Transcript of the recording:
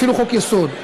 אפילו חוק-יסוד.